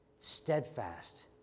steadfast